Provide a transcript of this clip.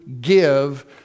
give